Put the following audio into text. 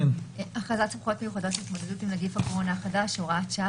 הצעת הכרזת סמכויות מיוחדות להתמודדות עם נגיף הקורונה החדש (הוראת שעה)